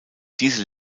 diese